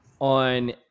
on